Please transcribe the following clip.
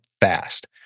fast